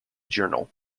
journal